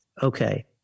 Okay